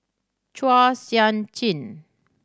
Chua Sian Chin